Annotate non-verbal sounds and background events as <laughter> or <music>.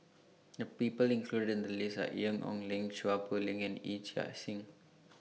<noise> The People included in The list Are Ian Ong Li Chua Poh Leng and Yee Chia Hsing